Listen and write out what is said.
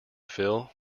phil